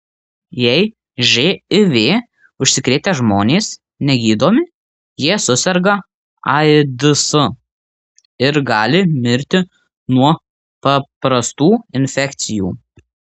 jei živ užsikrėtę žmonės negydomi jie suserga aids ir gali mirti nuo paprastų infekcijų